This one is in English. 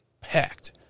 Packed